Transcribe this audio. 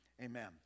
amen